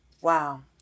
Wow